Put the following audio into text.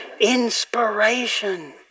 Inspiration